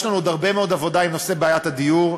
יש לנו עוד הרבה מאוד עבודה בנושא בעיית הדיור.